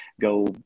go